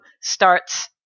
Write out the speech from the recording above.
starts